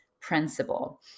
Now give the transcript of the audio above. principle